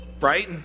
right